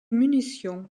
munitions